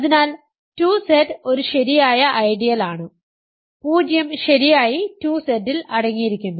അതിനാൽ 2Z ഒരു ശരിയായ ഐഡിയലാണ് 0 ശരിയായി 2Z ൽ അടങ്ങിയിരിക്കുന്നു